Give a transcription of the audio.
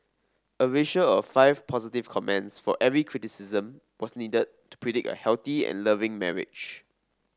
a ratio of five positive comments for every criticism was needed to predict a healthy and loving marriage